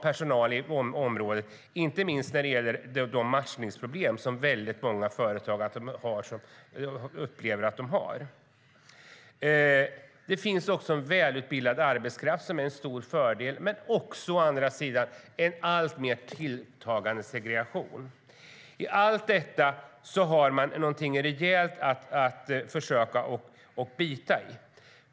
Det gäller inte minst de matchningsproblem som många företag upplever. Det finns också välutbildad arbetskraft vilket är en stor fördel, men å andra sidan också en tilltagande segregation. I allt detta har man något rejält att bita i.